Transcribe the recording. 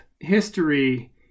history